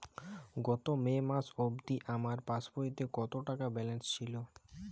গত মে মাস অবধি আমার পাসবইতে কত টাকা ব্যালেন্স ছিল?